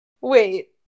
Wait